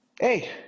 Hey